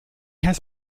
has